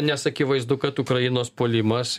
nes akivaizdu kad ukrainos puolimas